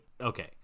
okay